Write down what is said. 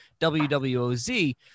WWOZ